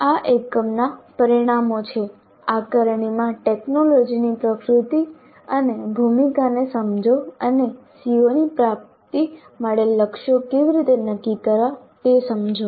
આ એકમના પરિણામો છે આકારણીમાં ટેકનોલોજીની પ્રકૃતિ અને ભૂમિકાને સમજો અને CO ની પ્રાપ્તિ માટે લક્ષ્યો કેવી રીતે નક્કી કરવા તે સમજો